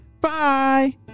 Bye